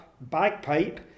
bagpipe